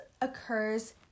occurs